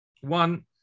one